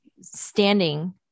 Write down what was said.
standing